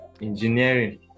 engineering